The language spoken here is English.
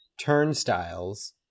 turnstiles